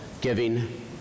giving